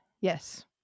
Yes